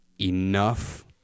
enough